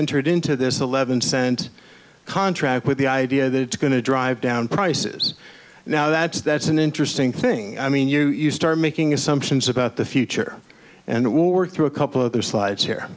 entered into this eleven percent contract with the idea that it's going to drive down prices now that's that's an interesting thing i mean you start making assumptions about the future and we'll work through a couple other slides here